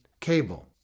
cable